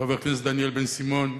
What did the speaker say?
חבר הכנסת דניאל בן-סימון,